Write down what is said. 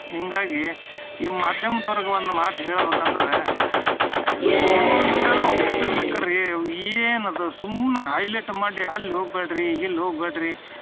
ಹೀಗಾಗಿ ಈ ಮಾಧ್ಯಮ್ದವ್ರಿಗೆ ಒಂದು ಮಾತು ಹೇಳ್ಬೇಕೆಂದರೆ ಇವರೂ ಇವರೆಲ್ಲ ಹುಚ್ಚರ ಲೆಕ್ಕ ರೀ ಅವು ಏನಿದೆ ಸುಮ್ನೆ ಹೈಲೈಟ್ ಮಾಡಿ ಅಲ್ಲಿ ಹೋಗ್ಬ್ಯಾಡ ರೀ ಇಲ್ಲಿ ಹೋಗ್ಬ್ಯಾಡ ರೀ